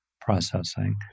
processing